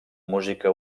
música